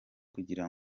kugira